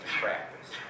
practice